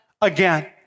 again